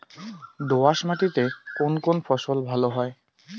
দোঁয়াশ মাটিতে কোন কোন ফসল ভালো হয়?